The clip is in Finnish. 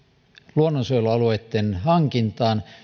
luonnonsuojelualueitten hankintaan